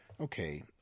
Okay